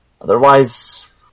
Otherwise